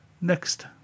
next